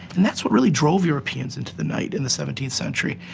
and that's what really drove europeans into the night in the seventeenth century,